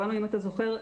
אם אתה זוכר,